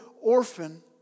orphan